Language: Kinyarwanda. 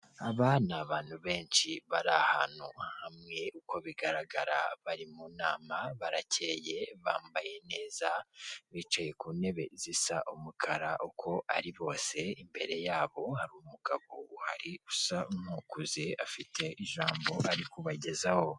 Aba ni abantu benshi bari ahantu hamwe uko bigaragara bari mu nama, barakeye bambaye neza, bicaye ku ntebe zisa umukara uko ari bose, imbere yabo hari umugabo uhari usa n'ukuze afite ijambo ari kubagezaho.